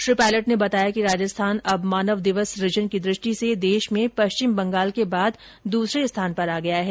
श्री पायलट ने बताया कि राजस्थान अब मानवदिवस सुजन की दृष्टि से देश में पश्चिम बंगाल के बाद दूसरे स्थान पर आ गया है